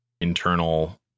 internal